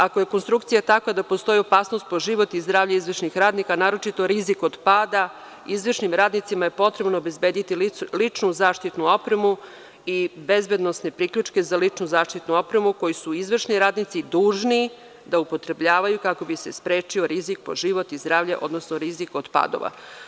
Ako je konstrukcija takva da postoji opasnost po život i zdravlje izvršnih radnika a naročito rizik od pada, izvršnim radnicima je potrebno obezbediti ličnu zaštitnu opremu i bezbedonosne priključke za ličnu zaštitnu opremu koju su izvršni radnici dužni da upotrebljavaju kako bi se sprečio rizik po život i zdravlje odnosno rizik od padova.